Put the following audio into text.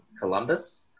Columbus